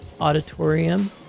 Auditorium